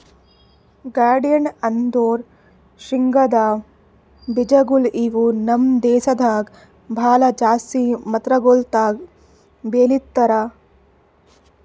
groundnut ಅಂದುರ್ ಶೇಂಗದ್ ಬೀಜಗೊಳ್ ಇವು ನಮ್ ದೇಶದಾಗ್ ಭಾಳ ಜಾಸ್ತಿ ಮಾತ್ರಗೊಳ್ದಾಗ್ ಬೆಳೀತಾರ